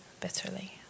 bitterly